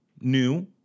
new